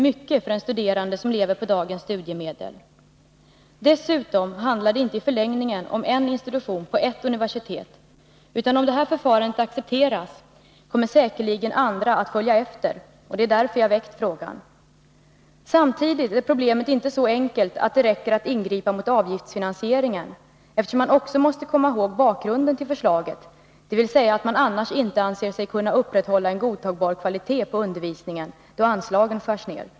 mycket för en studerande som lever på dagens studiemedel. Dessutom handlar det i förlängningen inte om en institution vid ett universitet, utan om det här förfarandet accepteras kommer säkerligen andra att följa efter. Det är därför som jag har framställt frågan. Samtidigt är problemet inte så enkelt att det räcker med att man ingriper mot avgiftsfinansieringen. Man måste ju också ha i åtanke bakgrunden till förslaget — dvs. att man annars inte anser sig kunna upprätthålla en godtagbar kvalitet på undervisningen då anslagen skärs ned.